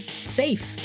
safe